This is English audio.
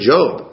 Job